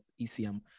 ECM